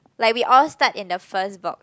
like we all start in the first box